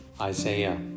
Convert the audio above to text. Isaiah